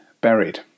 buried